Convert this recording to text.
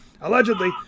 Allegedly